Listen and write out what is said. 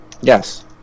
Yes